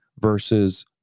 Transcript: versus